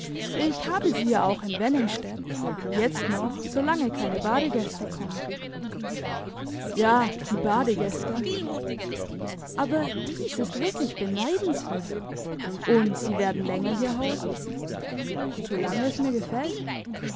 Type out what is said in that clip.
ich habe sie ja auch in wenningstedt jetzt noch so lange keine badegäste kommen ja die badegäste aber dies ist wirklich beneidenswert und sie werden länger hier hausen so lange es mir gefällt